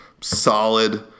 solid